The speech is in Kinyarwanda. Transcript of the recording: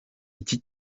iki